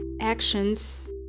actions